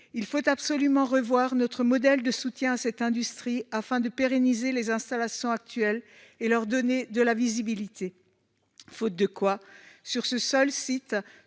Il faut absolument revoir notre modèle de soutien à cette industrie, afin de pérenniser les installations actuelles et leur donner de la visibilité. À défaut, sur ce seul site,